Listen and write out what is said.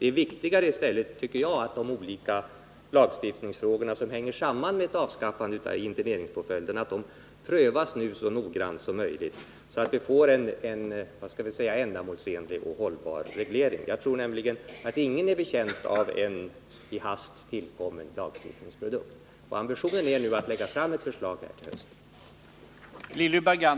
Det är viktigare, tycker jag, att de lagstiftningsfrågor som hänger samman med ett avskaffande av interneringspåföljden prövas så noggrant som möjligt, så att vi får en ändamålsenlig och hållbar reglering. Jag tror nämligen att ingen är betjänt av en i hast tillkommen lagstiftningsprodukt. Ambitionen är nu att lägga fram ett förslag till hösten.